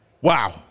Wow